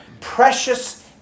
precious